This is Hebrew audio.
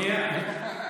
בוא, אני אגיד לך.